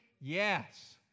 yes